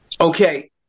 Okay